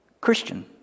Christian